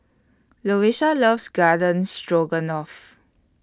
Louisa loves Garden Stroganoff